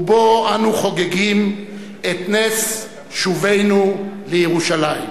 ובו אנו חוגגים את נס שובנו לירושלים.